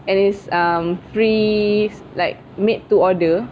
and is um free like made to order